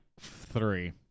three